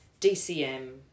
DCM